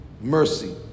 mercy